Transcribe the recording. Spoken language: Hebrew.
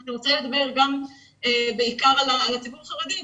אבל אני רוצה לדבר בעיקר על הציבור החרדי.